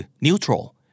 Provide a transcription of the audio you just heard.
Neutral